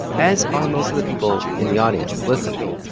as are most of the people in the audience listening.